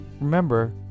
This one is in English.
Remember